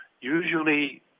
Usually